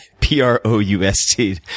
P-R-O-U-S-T